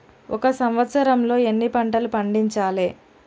ఒక సంవత్సరంలో ఎన్ని పంటలు పండించాలే?